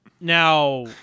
Now